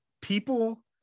People